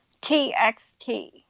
T-X-T